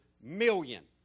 million